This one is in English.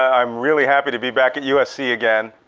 i'm really happy to be back at usc again